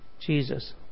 Jesus